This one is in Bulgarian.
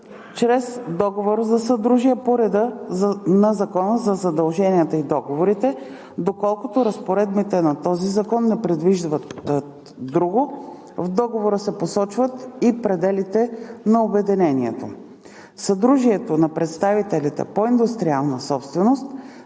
чрез договор за съдружие по реда на Закона за задълженията и договорите, доколкото разпоредбите на този закон не предвиждат друго. В договора се посочват и пределите на обединението. Съдружието на представители по индустриална собственост